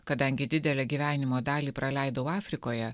kadangi didelę gyvenimo dalį praleidau afrikoje